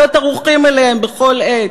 להיות ערוכים אליהם בכל עת,